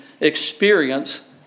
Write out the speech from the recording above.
experience